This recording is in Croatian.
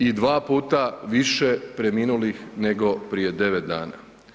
I dva puta više preminulih nego prije 9 dana.